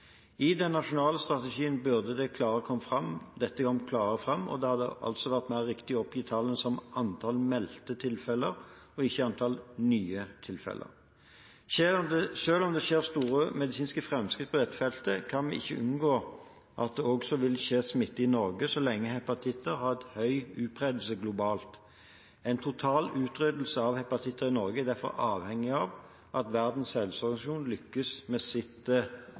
I den nasjonale strategien burde dette kommet klarere fram, og det hadde altså vært mer riktig å oppgi tallene som antall meldte tilfeller, og ikke antall nye tilfeller. Selv om det skjer store medisinske framskritt på dette feltet, kan vi ikke unngå at det også vil skje smitte i Norge så lenge hepatitter har høy utbredelse globalt. En total utryddelse av hepatitter i Norge er derfor avhengig av at Verdens helseorganisasjon lykkes med sitt